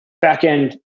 back-end